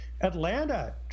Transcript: Atlanta